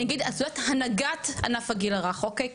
אני אגיד עתודת הנהגת ענף הגיל הרך אוקיי?